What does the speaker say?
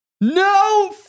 No